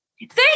Thank